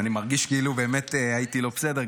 אני מרגיש כאילו באמת הייתי לא בסדר.